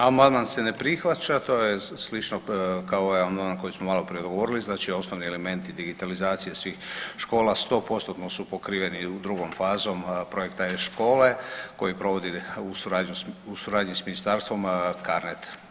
Amandman se ne prihvaća, to je slično kao ovaj amandman koji smo maloprije govorili, znači osnovni elementi digitalizacije svih škola 100%-no su pokriveni drugom fazom projekta e-škole koji provodi u suradnji sa ministarstvom CARNET.